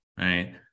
right